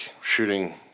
shooting